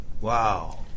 Wow